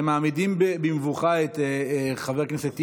אתם מעמידים במבוכה את חבר הכנסת טיבי.